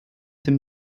dem